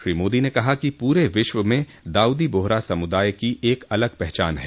श्री मोदी ने कहा कि पूरे विश्व में दाउदी बोहरा समुदाय की एक अलग पहचान है